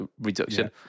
reduction